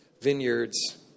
vineyards